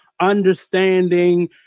understanding